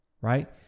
right